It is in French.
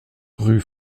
rue